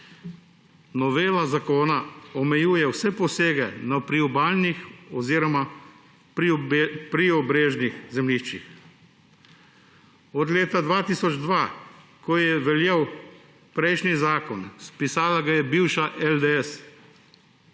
Novela zakona omejuje vse posege na priobalnih oziroma na priobrežnih zemljiščih. Od leta 2002, ko je veljal prejšnji zakon, spisala ga je bivša LDS,